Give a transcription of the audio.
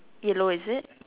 yellow is it